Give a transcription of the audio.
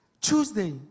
Tuesday